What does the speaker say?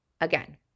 Again